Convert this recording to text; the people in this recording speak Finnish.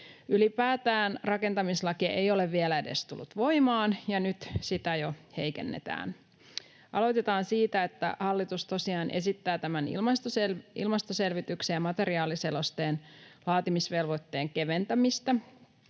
Ylipäätään rakentamislaki ei ole vielä edes tullut voimaan, ja nyt sitä jo heikennetään. Aloitetaan siitä, että hallitus tosiaan esittää tämän ilmastoselvityksen ja materiaaliselosteen laatimisvelvoitteen keventämistä.